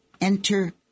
Enter